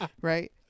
Right